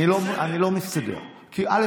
אני לא מסתדר, כי א.